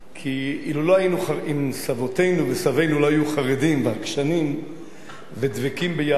כי אם סבותינו וסבינו לא היו חרדים ועקשנים ודבקים ביהדות,